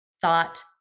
thought